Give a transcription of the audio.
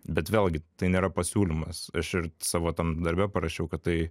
bet vėlgi tai nėra pasiūlymas aš ir savo tam darbe parašiau kad tai